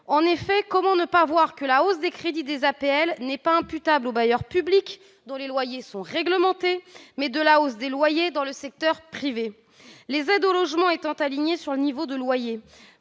En effet, comment ne pas voir que la hausse des crédits des APL est imputable non pas aux bailleurs publics, dont les loyers sont réglementés, mais à la hausse des loyers dans le secteur privé, les aides au logement étant alignées sur le niveau de loyers